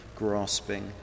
grasping